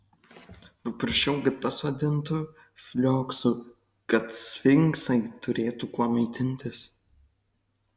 paprašiau kad pasodintų flioksų kad sfinksai turėtų kuo maitintis